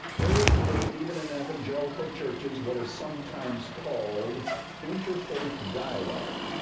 there is today even in angelical churches what is sometimes called interfaith dialogue.